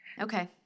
Okay